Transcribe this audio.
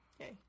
Okay